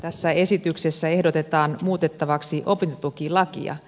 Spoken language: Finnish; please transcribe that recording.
tässä esityksessä ehdotetaan muutettavaksi opintotukilakia